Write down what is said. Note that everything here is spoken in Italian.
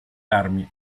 armi